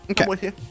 Okay